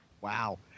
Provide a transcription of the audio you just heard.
wow